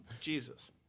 Jesus